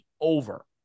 over